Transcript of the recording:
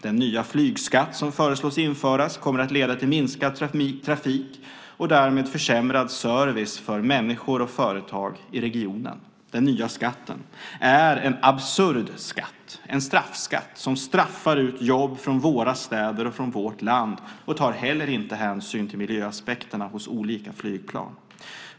Den nya flygskatt som föreslås införas kommer att leda till minskad trafik och därmed försämrad service för människor och företag i regionen. Den nya skatten är en absurd skatt - en straffskatt som straffar ut jobb från våra städer och vårt land - och tar inte heller hänsyn till miljöaspekterna hos olika flygplan.